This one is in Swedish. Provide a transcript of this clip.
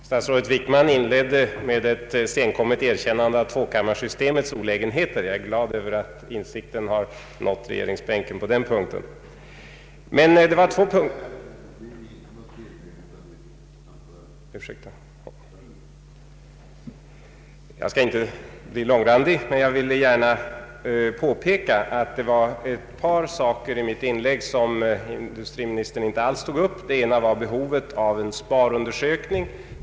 Herr talman! Statsrådet Wickman inledde med ett senkommet erkännande av tvåkammarsystemets olägenheter. Jag är glad över att insikten har nått regeringsbänken på den punkten. Jag skall inte bli långrandig men vill gärna påpeka att det var ett par saker i mitt inlägg som industriministern inte alls tog upp. Den ena gällde behovet av en sparundersökning.